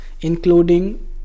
including